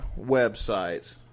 websites